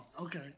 okay